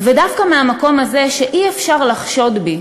ודווקא מהמקום הזה, שאי-אפשר לחשוד בי